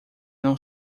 não